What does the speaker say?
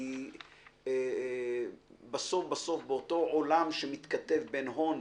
כי בסוף בסוף באותו עולם שמתכתב בין הון,